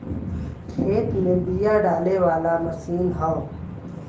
खेत में बिया डाले वाला मशीन हौ